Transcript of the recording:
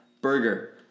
burger